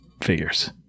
figures